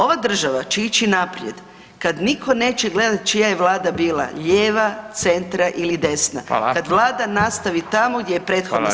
Ova država će ići naprijed kad nitkoneće gledati čija je vlada bila lijeva, centra ili desna [[Upadica: Hvala.]] kad vlada nastavi tamo gdje je prethodna stala.